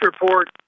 report